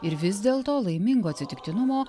ir vis dėlto laimingo atsitiktinumo